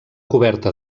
coberta